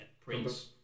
Prince